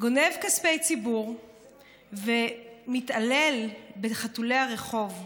גונב כספי ציבור ומתעלל בחתולי הרחוב.